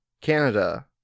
Canada